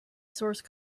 source